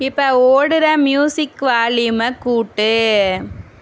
இப்போ ஓடுகிற மியூசிக் வால்யூமை கூட்டு